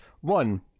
one